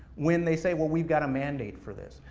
when they say well, we've got to mandate for this.